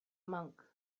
monk